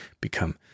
become